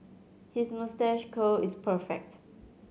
his moustache curl is perfect